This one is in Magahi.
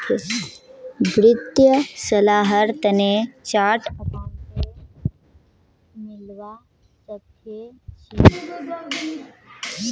वित्तीय सलाहर तने चार्टर्ड अकाउंटेंट स मिलवा सखे छि